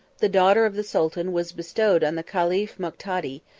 the daughter of the sultan was bestowed on the caliph moctadi,